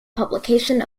publication